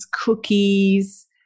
cookies